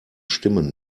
stimmen